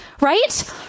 right